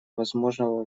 возможного